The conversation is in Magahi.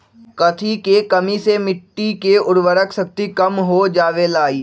कथी के कमी से मिट्टी के उर्वरक शक्ति कम हो जावेलाई?